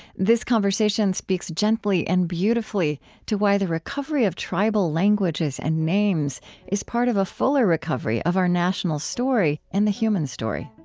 this conversation speaks gently and beautifully to why the recovery of tribal languages and names is part of a fuller recovery of our national story and the human story.